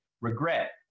regret